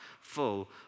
full